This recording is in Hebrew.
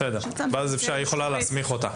היא יכולה להסמיך אותה.